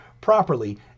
properly